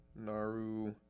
naru